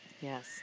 Yes